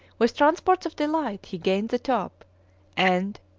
with transports of delight he gained the top and,